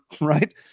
right